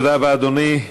תודה רבה, אדוני.